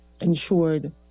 ensured